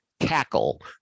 cackle